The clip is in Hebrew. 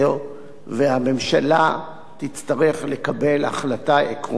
והממשלה תצטרך לקבל החלטה עקרונית בנושא